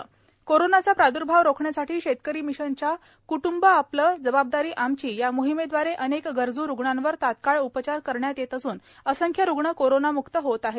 कटंब आपले जबाबदारी आमची कोरोनाचा प्राद्भाव रोखण्यासाठी शेतकरी मिशनच्या क्टुंब आपले जबाबदारी आमची या मोहिमेद्वारे अनेक गरजू रुग्णांवर तात्काळ उपचार करण्यात येत असून असंख्य रुग्ण कोरोनामुक्त होत आहे